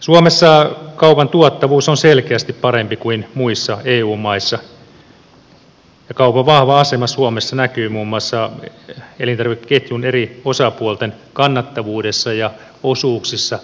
suomessa kaupan tuottavuus on selkeästi parempi kuin muissa eu maissa ja kaupan vahva asema suomessa näkyy muun muassa elintarvikeketjun eri osapuolten kannattavuudessa ja osuuksissa